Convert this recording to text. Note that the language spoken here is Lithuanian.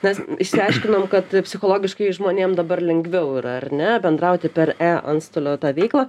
nes išsiaiškinom kad psichologiškai žmonėm dabar lengviau yra ar ne bendrauti per antstolio tą veiklą